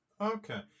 Okay